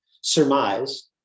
surmise